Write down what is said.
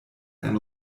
ein